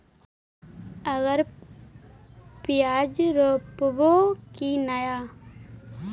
अबर प्याज रोप्बो की नय?